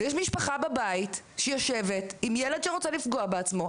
ויש משפחה בבית שיושבת עם ילד שרוצה לפגוע בעצמו,